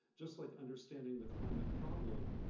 just like understanding the climate problem,